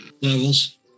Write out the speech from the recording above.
levels